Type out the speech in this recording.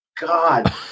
god